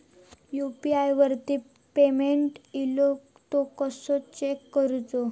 UPI वरती payment इलो तो कसो चेक करुचो?